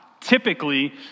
Typically